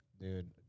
dude